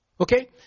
Okay